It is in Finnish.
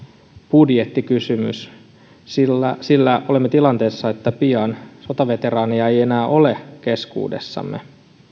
budjettikysymys sillä sillä olemme tilanteessa että pian sotaveteraaneja ei enää ole keskuudessamme